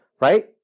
Right